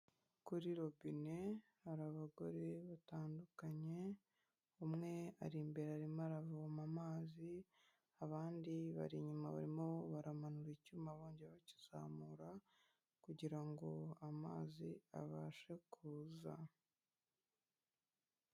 Kuri robine hari abagore batandukanye, umwe ari imbere arimo aravoma amazi, abandi bari inyuma barimo baramanura icyuma bongera bakizamura, kugira ngo amazi abashe kuza.